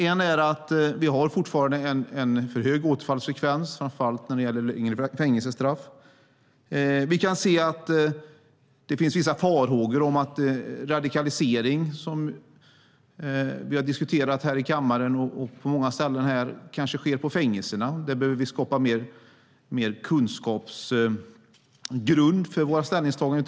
Ett område är att återfallsfrekvensen fortfarande är för hög, framför allt när det gäller yngre som avtjänar fängelsestraff. Det finns vissa farhågor om att det - som vi har diskuterat här i kammaren och på många andra ställen - kanske sker en radikalisering på fängelserna. Där behövs det en större kunskapsgrund för våra ställningstaganden.